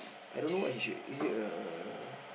I don't know what he should is it a